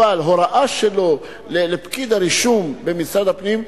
אבל הוראה שלו לפקיד הרישום במשרד הפנים,